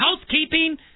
Housekeeping